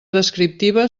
descriptiva